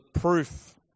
proof